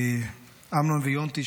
אמנון ויונתי,